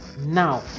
Now